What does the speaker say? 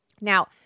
Now